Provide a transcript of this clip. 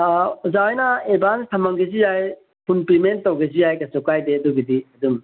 ꯑꯣꯖꯥ ꯍꯣꯏꯅ ꯑꯦꯗꯚꯥꯟꯁ ꯊꯃꯝꯒꯦꯁꯨ ꯌꯥꯏ ꯐꯨꯜ ꯄꯦꯃꯦꯟ ꯇꯧꯒꯦꯁꯨ ꯌꯥꯏ ꯀꯩꯁꯨ ꯀꯥꯏꯗꯦ ꯑꯗꯨꯒꯤꯗꯤ ꯑꯗꯨꯝ